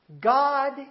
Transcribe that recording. God